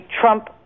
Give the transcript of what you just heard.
Trump